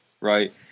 right